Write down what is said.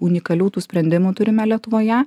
unikalių tų sprendimų turime lietuvoje